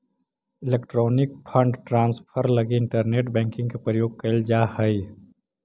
electronic fund transfer लगी internet banking के प्रयोग कैल जा हइ